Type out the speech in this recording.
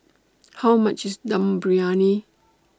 How much IS Dum Briyani